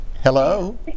Hello